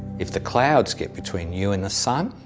if the clouds get between you and the sun,